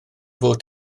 fod